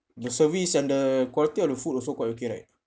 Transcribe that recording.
the service and the quality of the food also quite okay right